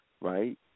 right